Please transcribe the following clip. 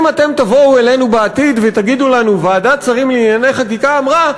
אם אתם תבואו אלינו בעתיד ותגידו לנו: ועדת שרים לענייני חקיקה אמרה,